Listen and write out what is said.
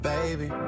Baby